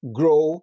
grow